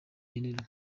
gen